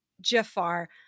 Jafar